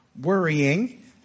worrying